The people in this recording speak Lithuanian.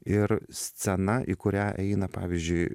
ir scena į kurią eina pavyzdžiui